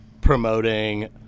promoting